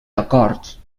acords